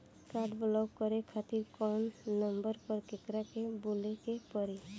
Card block करे खातिर कवना नंबर पर केकरा के बोले के परी?